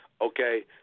Okay